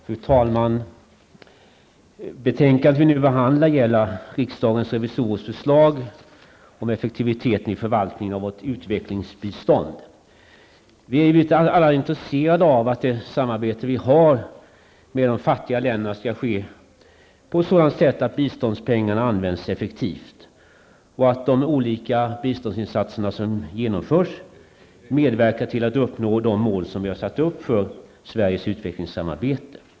Fru talman! Det betänkande vi nu behandlar gäller riksdagens revisorers förslag om effektiviteten i förvaltningen av vårt utvecklingbistånd. Vi är ju alla litet intresserade av att det samarbete vi har med de fattiga länderna skall ske på ett sådant sätt att biståndspengarna används effektivt och att de olika biståndsinstatser som genomförs medverkar till att uppnå de mål som ni har satt upp för Sverige utvecklingssamarbete.